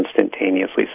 instantaneously